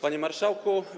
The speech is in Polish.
Panie Marszałku!